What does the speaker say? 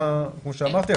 בממשלה כמו שאמרתי,